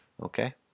Okay